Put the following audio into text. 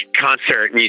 concert